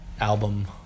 album